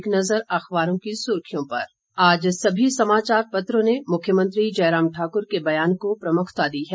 एक नज़र अखबारों की सुर्खियों पर आज सभी समाचार पत्रों ने मुख्यमंत्री जयराम ठाक्र के बयान को प्रमुखता दी है